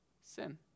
Sin